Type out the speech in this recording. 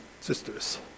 sisters